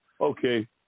Okay